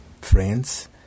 friends